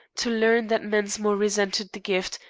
to learn that mensmore resented the gift,